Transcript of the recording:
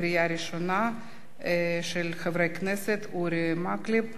של חברי הכנסת אורי מקלב,